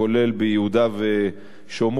כולל ביהודה ושומרון,